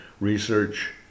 research